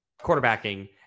quarterbacking